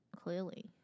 Clearly